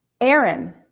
Aaron